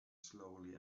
slowly